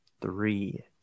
three